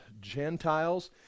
Gentiles